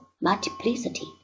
multiplicity